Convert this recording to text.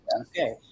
okay